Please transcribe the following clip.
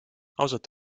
ausalt